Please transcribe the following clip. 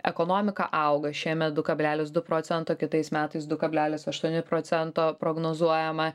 ekonomika auga šiemet du kablelis du procento kitais metais du kalbelis aštuoni procento prognozuojama